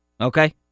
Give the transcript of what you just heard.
okay